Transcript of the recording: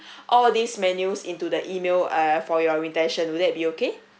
all of these menus into the email uh for your attention will that be okay